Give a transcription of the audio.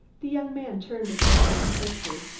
the young man turned upon him quickly.